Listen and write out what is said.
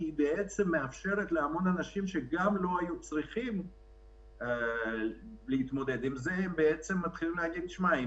כי היא מאפשרת להרבה אנשים שלא היו צריכים להתמודד עם זה להגיד לעצמם,